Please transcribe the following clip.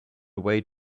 away